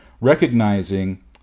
recognizing